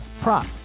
prop